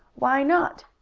why not?